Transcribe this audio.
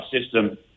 system